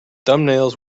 thumbnails